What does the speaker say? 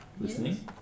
Listening